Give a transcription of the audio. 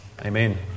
Amen